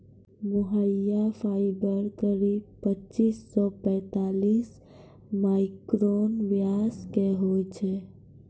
मोहायिर fibre करीब पच्चीस सॅ पैतालिस माइक्रोन व्यास के होय छै